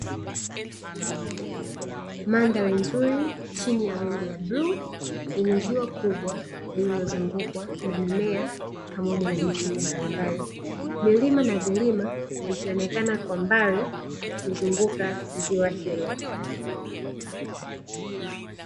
Mandhari nzuri chini ya wingu la bluu lenye ziwa kubwa lilozungukwa na mimea pamoja na misitu mbalimbali, milima na vilima vikionekana kwa mbali kuzunguka ziwa hilo.